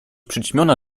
przyćmiona